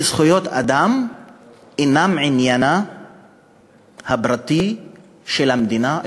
שזכויות אדם אינן עניינה הפרטי של המדינה,